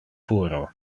puero